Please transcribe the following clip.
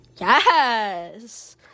yes